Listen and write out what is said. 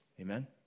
Amen